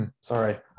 sorry